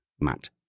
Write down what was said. Matt